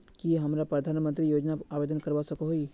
की हमरा प्रधानमंत्री योजना आवेदन करवा सकोही?